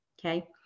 Okay